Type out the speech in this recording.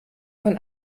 von